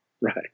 Right